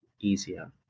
easier